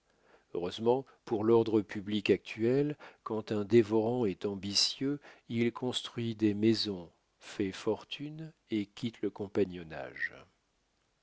heureusement pour l'ordre public actuel quand un dévorant est ambitieux il construit des maisons fait fortune et quitte le compagnonage